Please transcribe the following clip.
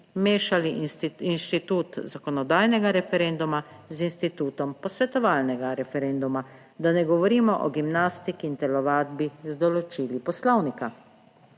mešali institut zakonodajnega referenduma z institutom posvetovalnega referenduma, da ne govorimo o gimnastiki in telovadbi z določili poslovnika.